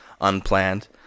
unplanned